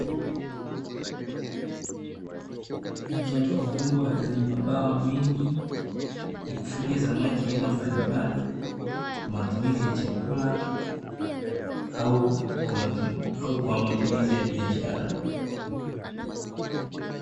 Shamba kubwa lenye mabwawa mengi ya kufuga samaki ya aina mbalimbali kwa matumizi ya chakula au kwa matumizi ya biashara.